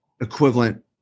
equivalent